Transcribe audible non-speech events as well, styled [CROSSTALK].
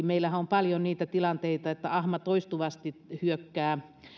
[UNINTELLIGIBLE] meillähän on paljon niitä tilanteita että ahma toistuvasti hyökkää